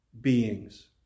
beings